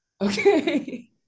Okay